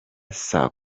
saa